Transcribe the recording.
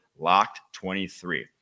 LOCKED23